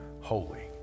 holy